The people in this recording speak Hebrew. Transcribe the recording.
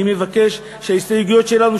אני מבקש שההסתייגויות שלנו,